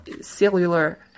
cellular